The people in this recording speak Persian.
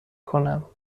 کنم